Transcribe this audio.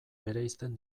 bereizten